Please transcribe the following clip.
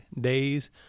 days